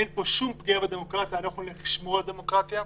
אין פה שום פגיעה בדמוקרטיה ואנחנו נשמור על הדמוקרטיה.